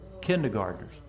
Kindergartners